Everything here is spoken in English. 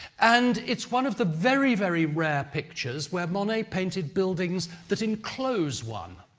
and it's one of the very, very rare pictures where monet painted buildings that enclose one.